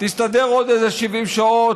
תסתדר עוד איזה 70 שעות,